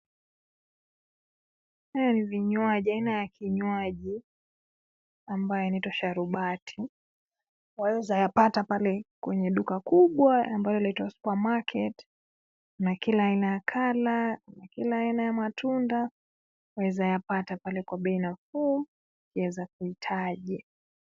Hii ni vinywaji, aina ya kinywaji, ambayo inaitwa sharubati. Waweza ipata pale kwenye duka kubwa ambayo inaitwa Supermarket, na kila aina ya colour, kila aina ya matunda, waweza yapata pale kwa bei nafuu, waweza kuhitaji.